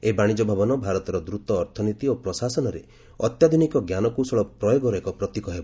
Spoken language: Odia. ଏହି ବାଣିଜ୍ୟ ଭବନ ଭାରତର ଦ୍ରତ ଅର୍ଥନୀତି ଓ ପ୍ରଶାସନରେ ଅତ୍ୟାଧୁନିକ ଜ୍ଞାନକୌଶଳ ପ୍ରୟୋଗର ଏକ ପ୍ରତିକ ହେବ